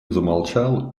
замолчал